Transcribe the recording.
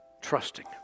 Trusting